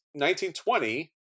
1920